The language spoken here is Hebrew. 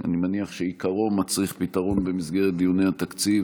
אני מניח שעיקרו מצריך פתרון במסגרת דיוני התקציב,